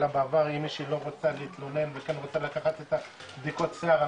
בעבר עם מי שלא רוצה להתלונן וכן רוצה לקחת את הבדיקות שיער,